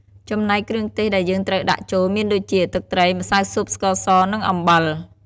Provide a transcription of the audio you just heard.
ចំណែកគ្រឿងទេសដែលយើងត្រូវដាក់ចូល មានដូចជា ទឹកត្រី ម្សៅស៊ុប ស្ករស និងអំបិល។